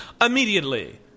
Immediately